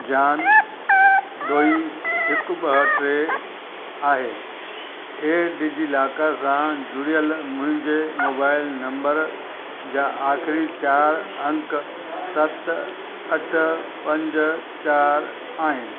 जान ॾोई हिक ॿ टे आहे ए डिज़ीलाकर सां जुड़ियल मुंहिंजे मोबाइल नम्बर जा आखिरीं चारि अङ सत अठ पंज चारि आहिनि